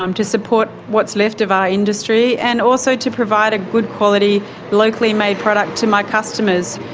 um to support what's left of our industry and also to provide a good quality locally made product to my customers,